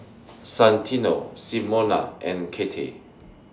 Santino Simona and Cathey